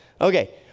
Okay